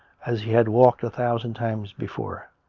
as he had walked a thousand times before.